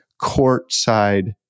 courtside